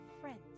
friends